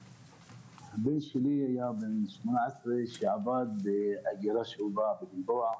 הבן שלי היה בן 18 והוא עבד באתר בנייה בגלבוע.